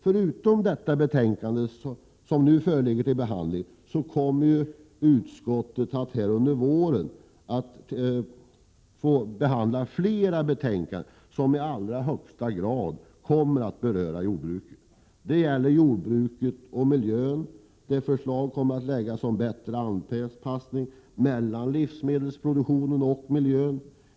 Förutom det betänkande som nu föreligger till behandling kommer utskottet under våren att avge flera betänkanden som i allra högsta grad kommer att beröra jordbruket; när det gäller jordbruket och miljön framläggs förslag om bättre anpassning av livsmedelsproduktionen till miljön.